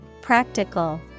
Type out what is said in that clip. Practical